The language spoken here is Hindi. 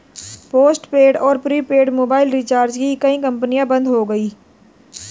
पोस्टपेड और प्रीपेड मोबाइल रिचार्ज की कई कंपनियां बंद हो गई